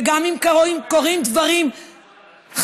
וגם אם קורים דברים חמורים,